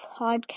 podcast